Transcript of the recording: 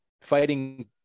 fighting